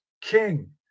king